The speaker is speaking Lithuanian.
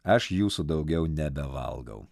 aš jūsų daugiau nebevalgau